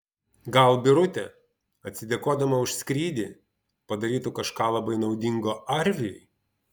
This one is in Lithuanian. gal birutė atsidėkodama už skrydį padarytų kažką labai naudingo arviui